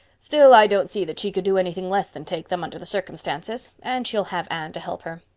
still, i don't see that she could do anything less than take them, under the circumstances, and she'll have anne to help her.